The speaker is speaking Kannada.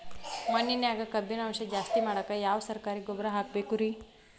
ಮಣ್ಣಿನ್ಯಾಗ ಕಬ್ಬಿಣಾಂಶ ಜಾಸ್ತಿ ಮಾಡಾಕ ಯಾವ ಸರಕಾರಿ ಗೊಬ್ಬರ ಹಾಕಬೇಕು ರಿ?